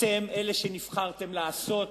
אתם אלה שנבחרו לעשות,